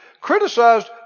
criticized